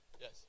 Yes